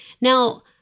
Now